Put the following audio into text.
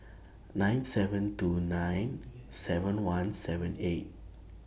nine seven two nine seven one seven eight